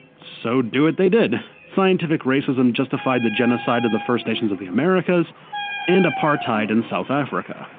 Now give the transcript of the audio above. so do it they did. scientific racism justified the genocide of the first nations of the americas and apartheid in south africa.